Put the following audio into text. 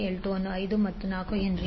ಆದ್ದರಿಂದ k ಆಗುತ್ತದೆ kML1L22